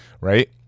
right